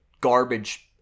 garbage